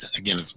again